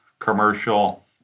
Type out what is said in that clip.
commercial